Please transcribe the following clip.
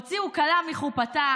הוציאו כלה מחופתה,